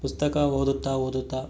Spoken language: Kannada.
ಪುಸ್ತಕ ಓದುತ್ತ ಓದುತ್ತ